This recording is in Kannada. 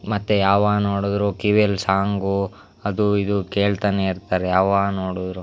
ಮತ್ತು ಯಾವಾಗ ನೋಡಿದ್ರು ಕಿವಿಯಲ್ಲಿ ಸಾಂಗು ಅದೂ ಇದೂ ಕೇಳ್ತಾನೆ ಇರ್ತಾರೆ ಯಾವಾಗ ನೋಡಿದ್ರೂ